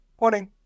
Morning